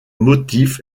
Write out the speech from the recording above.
motif